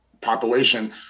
population